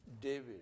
David